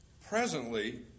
Presently